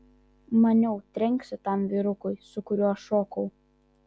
maniau trenksi tam vyrukui su kuriuo šokau